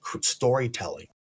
storytelling